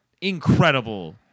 Incredible